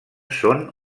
són